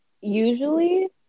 Usually